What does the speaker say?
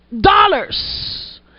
dollars